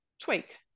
tweak